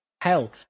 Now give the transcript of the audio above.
hell